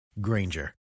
Granger